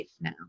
now